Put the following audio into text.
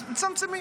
אז מצמצמים.